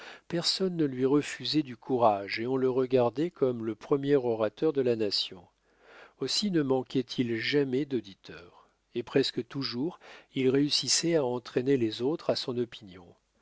personne ne lui refusait du courage et on le regardait comme le premier orateur de la nation aussi ne manquaitil jamais d'auditeurs et presque toujours il réussissait à entraîner les autres à son opinion